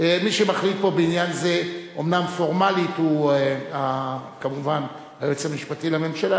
מי שמחליט פה בעניין זה אומנם פורמלית הוא כמובן היועץ המשפטי לממשלה,